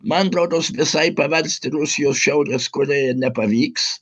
man rodos visai paversti rusijos šiaurės korėja nepavyks